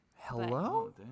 Hello